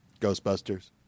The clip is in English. Ghostbusters